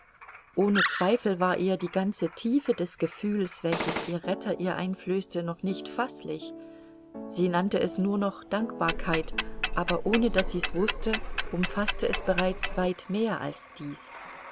ohne zweifel war ihr die ganze tiefe des gefühls welches ihr retter ihr einflößte noch nicht faßlich sie nannte es nur noch dankbarkeit aber ohne daß sie's wußte umfaßte es bereits weit mehr als dies